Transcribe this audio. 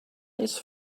nice